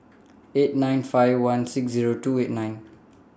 eight nine six five one six Zero two eight nine